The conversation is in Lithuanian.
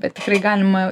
bet tikrai galima